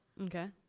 Okay